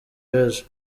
w’ejo